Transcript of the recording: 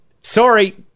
sorry